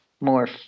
more